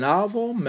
Novel